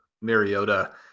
Mariota